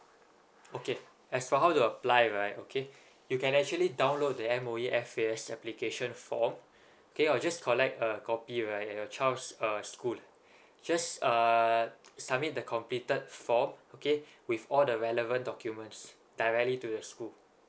okay as for how to apply right okay you can actually download the M_O_E F_A_S application form okay I'll just collect a copy right at your child's uh school just uh submit the completed form okay with all the relevant documents directly to the school